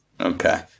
Okay